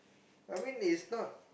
I mean is not